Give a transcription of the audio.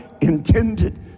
intended